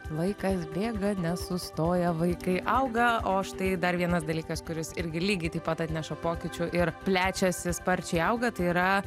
vaikas bėga nesustoja vaikai auga o štai dar vienas dalykas kuris irgi lygiai taip pat atneša pokyčių ir plečiasi sparčiai auga tai yra